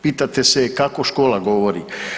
Pitate se, kako škola govori?